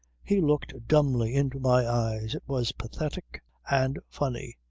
he looked dumbly into my eyes. it was pathetic and funny.